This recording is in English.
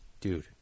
dude